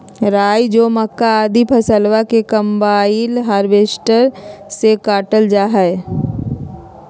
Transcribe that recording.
राई, जौ, मक्का, आदि फसलवन के कम्बाइन हार्वेसटर से काटल जा हई